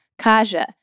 Kaja